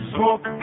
Smoke